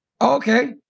Okay